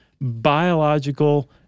biological